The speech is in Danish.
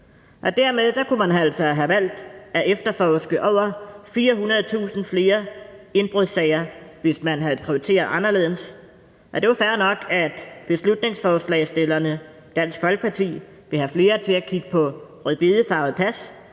Dermed kunne man altså have valgt at efterforske over 400.000 flere indbrudssager, hvis man havde prioriteret anderledes. Det er jo fair nok, at forslagsstillerne fra Dansk Folkeparti vil have flere til at kigge på rødbedefarvede pas